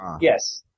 Yes